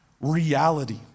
reality